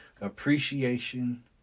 appreciation